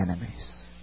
enemies